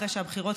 אחרי שהבחירות,